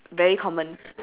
very common